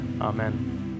amen